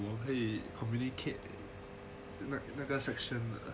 我会 communicate 那个 section